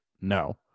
no